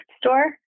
store